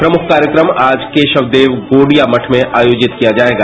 प्रमुख कार्यक्रम आज केशव देव गोरिया मठ में आयोजित किया जाएगा